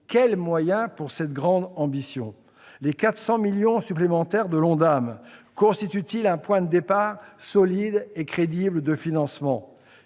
consacrés à cette grande ambition. Les 400 millions d'euros supplémentaires de l'ONDAM constituent-ils un point de départ solide et crédible de financement ?